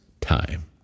time